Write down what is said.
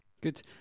Good